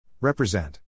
Represent